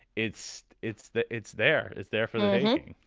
it's it's that it's there. it's there for the